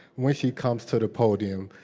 when she comes to the podium.